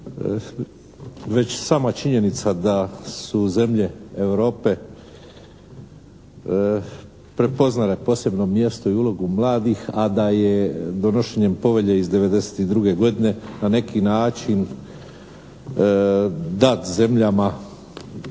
Već sama činjenica da su zemlje Europe prepoznale posebno mjesto i ulogu mladih a da je donošenjem povelje iz 1992. godine na neki način dat zemljama